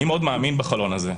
אני מאוד מאמין בחלון הזה.